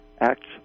acts